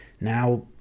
now